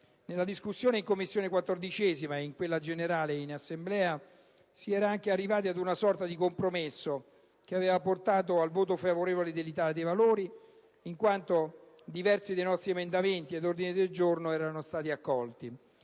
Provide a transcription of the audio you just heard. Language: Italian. Nella discussione in 14a Commissione ed in quella in Assemblea si era anche arrivati ad una sorta di compromesso, che aveva portato al voto favorevole dell'Italia dei Valori in quanto diversi dei nostri emendamenti ed ordini del giorno erano stati accolti.